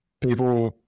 people